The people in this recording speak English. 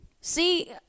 See